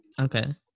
Okay